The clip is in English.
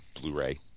Blu-ray